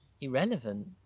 irrelevant